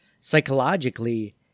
psychologically